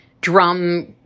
drum